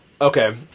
okay